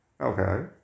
okay